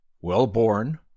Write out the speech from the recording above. well-born